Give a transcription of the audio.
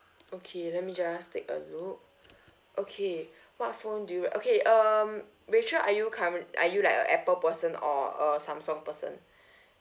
okay let me just take a look okay what phone do you okay um rachel are you current~ uh you like a apple person or a samsung person